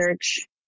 Church